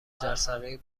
جرثقیل